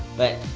but